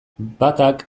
batak